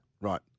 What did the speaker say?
Right